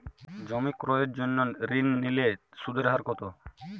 জমি ক্রয়ের জন্য ঋণ নিলে তার সুদের হার কতো?